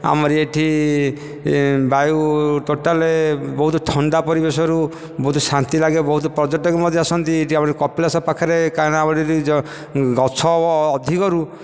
ଆମର ଏଠି ବାୟୁ ଟୋଟାଲ ବହୁତ ଥଣ୍ଡା ପରିବେଶରୁ ବହୁତ ଶାନ୍ତି ଲାଗେ ବହୁତ ପର୍ଯ୍ୟଟକ ମଧ୍ୟ ଆସନ୍ତି କପିଳାସ ପାଖରେ ଗଛ ଅଧିକରୁ